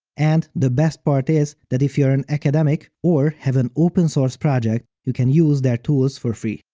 and, the best part is that if you are an academic or have an open source project, you can use their tools for free.